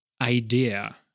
idea